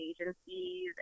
agencies